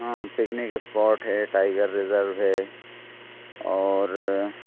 हाँ picnic spot है tiger reserve है और